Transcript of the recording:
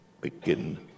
begin